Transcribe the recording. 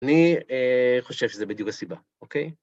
אני חושב שזה בדיוק הסיבה, אוקיי?